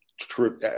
true